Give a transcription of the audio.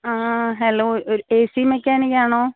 ആ ഹലോ ഒരു A C mechanic ആണോ